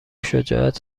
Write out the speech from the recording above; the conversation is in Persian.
شجاعت